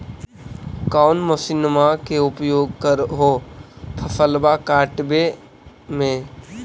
कौन मसिंनमा के उपयोग कर हो फसलबा काटबे में?